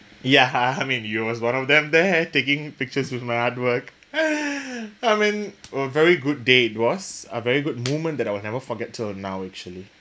ya I mean you was one of them there taking pictures with my art work I mean a very good day it was a very good moment that I will never forget till now actually